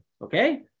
Okay